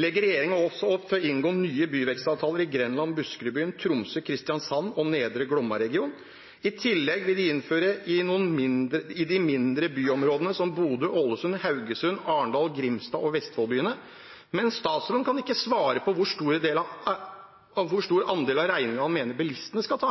legger regjeringen også opp til å inngå nye byvekstavtaler i Grenland, Buskerudbyen, Tromsø, Kristiansand og nedre Glomma-regionen. I tillegg vil de innføre det i de mindre byområdene, som Bodø, Ålesund, Haugesund, Arendal, Grimstad og Vestfoldbyene, men statsråden kan ikke svare på hvor stor andel av regningene han mener bilistene skal ta.